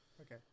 Okay